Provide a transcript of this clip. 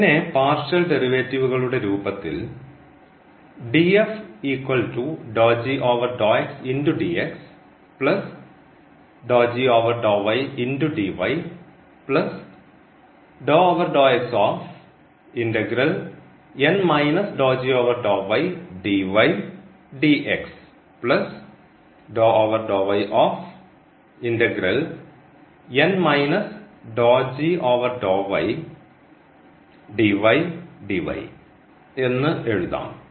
ഇതിനെ പാർഷ്യൽ ഡെറിവേറ്റീവ്കളുടെ രൂപത്തിൽ എന്ന് എഴുതാം